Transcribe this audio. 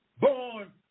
Born